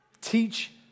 Teach